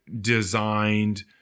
designed